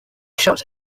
shot